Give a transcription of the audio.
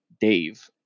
Dave